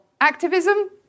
activism